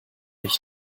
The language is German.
ich